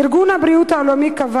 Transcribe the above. ארגון הבריאות העולמי קבע